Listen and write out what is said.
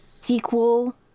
sequel